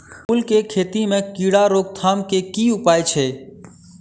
फूल केँ खेती मे कीड़ा रोकथाम केँ की उपाय छै?